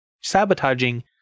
sabotaging